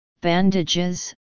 bandages